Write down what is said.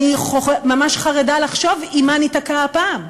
אני ממש חרדה לחשוב עם מה ניתקע הפעם,